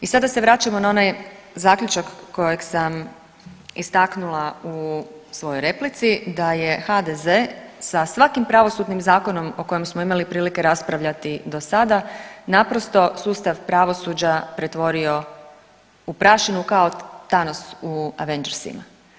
I sada se vraćamo na onaj zaključak kojeg sam istaknula u svojoj replici da je HDZ sa svakim pravosudnim zakonom o kojem smo imali prilike raspravljati do sada naprosto sustav pravosuđa pretvorio u prašinu kao Thanos u Avengersima.